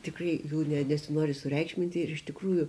tikrai jų ne nesinori sureikšminti ir iš tikrųjų